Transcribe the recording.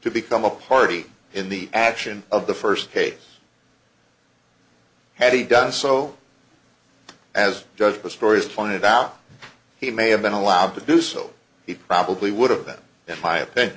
to become a party in the action of the first case had he done so as judge the stories pointed out he may have been allowed to do so he probably would have been in my opinion